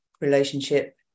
relationship